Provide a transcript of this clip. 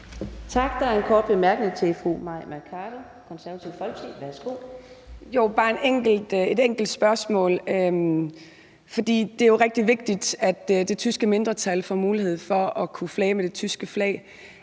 Tak. Der er en kort bemærkning til fru Mai Mercado, Det Konservative Folkeparti. Kl. 10:11 Mai Mercado (KF): Jeg har bare et enkelt spørgsmål. Det er jo rigtig vigtigt, at det tyske mindretal får mulighed for at kunne flage med det tyske flag,